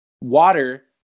water